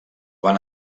van